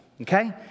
okay